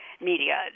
media